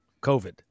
covid